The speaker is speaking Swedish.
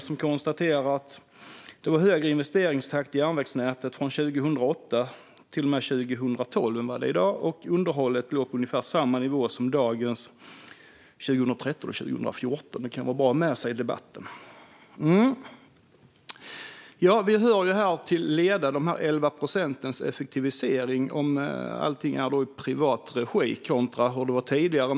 Där konstaterar man att det var högre investeringstakt i fråga om järnvägsnätet 2008-2012 än vad det är i dag, och underhållet låg på ungefär samma nivå 2013 och 2014 som i dag. Det kan vara bra att ha med sig i debatten. Vi hör här till leda om effektiviseringen med 11 procent, om allting är i privat regi kontra hur det var tidigare.